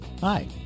Hi